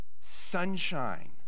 sunshine